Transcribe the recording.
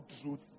truth